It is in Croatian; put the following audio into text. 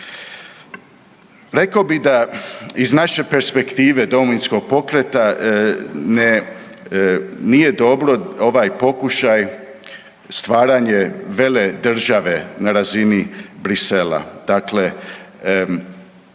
Rekao bih da iz naše perspektive Domovinskog pokreta nije dobro ovaj pokušaj stvaranje vele države na razini Bruxellesa.